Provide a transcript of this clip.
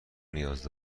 نیاز